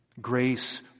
Grace